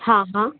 हाँ हाँ